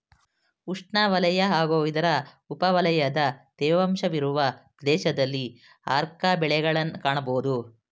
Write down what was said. ಉಷ್ಣವಲಯ ಹಾಗೂ ಇದರ ಉಪವಲಯದ ತೇವಾಂಶವಿರುವ ಪ್ರದೇಶದಲ್ಲಿ ಆರ್ಕ ಬೆಳೆಗಳನ್ನ್ ಕಾಣ್ಬೋದು